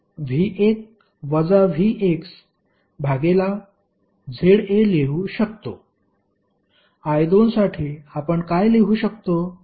I2 साठी आपण काय लिहू शकतो